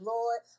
Lord